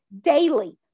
daily